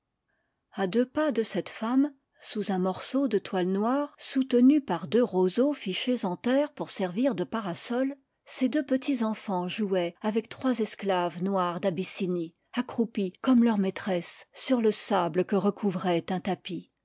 a deux pas de cette femme sous un morceau de toile noire soutenue par deux roseaux fichés en terre pour servir de parasol ses deux petits enfans jouaient avec trois esclaves noires d'abyssinie accroupies comme leur maîtresse sur le sable que recouvrait un tapis